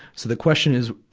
so the question is,